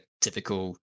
typical